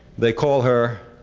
they call her,